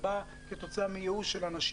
זה בא כתוצאה מייאוש של אנשים.